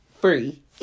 free